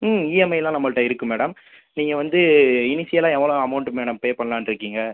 ம் இஎம்ஐலாம் நம்மள்ட்ட இருக்குது மேடம் நீங்கள் வந்து இனிஷியலாக எவ்வளோ அமௌண்ட்டு மேடம் பே பண்ணலான்னு இருக்கீங்கள்